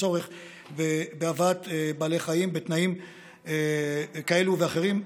הצורך בהבאת בעלי חיים בתנאים כאלה ואחרים.